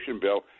bill